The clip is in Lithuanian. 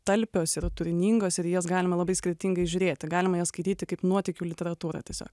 talpios ir turiningos ir į jas galima labai skirtingai žiūrėti galima jas skaityti kaip nuotykių literatūrą tiesiog